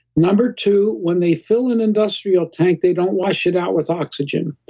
number two, when they fill an industrial tank, they don't wash it out with oxygen.